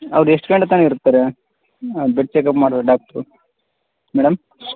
ಅವ್ರು ಎಷ್ಟು ಗಂಟೆ ತನಕ ಇರ್ತಾರೆ ಬ್ಲಡ್ ಚೆಕ್ಅಪ್ ಮಾಡುವ ಡಾಕ್ಟ್ರು ಮೇಡಮ್